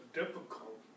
difficult